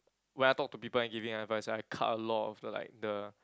when I talk to people and giving advice I cut a lot of the like the